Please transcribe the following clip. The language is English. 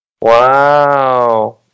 Wow